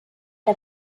der